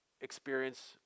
experience